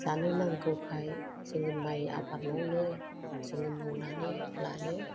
जानो नांगौखाय जोंनो माइ आबाद मावनो जोङो मावनानै लायो